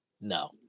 no